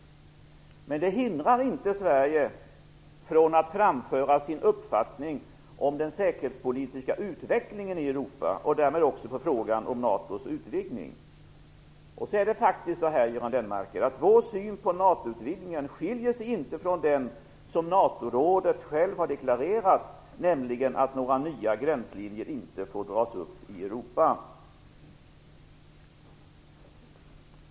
Men detta hindrar inte Sverige från att framföra sin uppfattning om den säkerhetspolitiska utvecklingen i Europa och därmed också i frågan om NATO:s utvidgning. Det är vidare faktiskt så, Göran Lennmarker, att vår syn på NATO-utvidgningen inte skiljer sig från den som NATO-rådet självt har deklarerat, nämligen att några nya gränslinjer inte får dras upp i Europa.